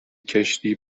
کشتی